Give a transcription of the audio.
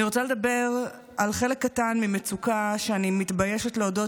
אני רוצה לדבר על חלק קטן ממצוקה שאני מתביישת להודות